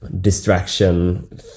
distraction